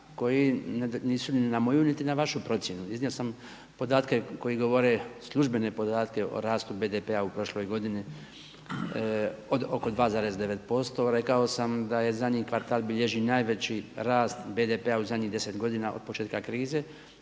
koji nisu ni na moju, niti na vašu procjenu. Iznio sam podatke koji govore službene podatke o rastu BDP-a u prošloj godini od oko 2,9%. Rekao sam da zadnji kvartal bilježi najveći rast BDP-a u zadnjih 10 godina od početka krize